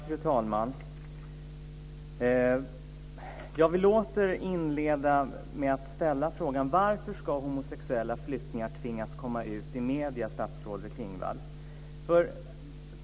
Fru talman! Jag vill åter inleda med att ställa frågan: Varför ska homosexuella flyktingar tvingas komma ut i medierna, statsrådet Klingvall?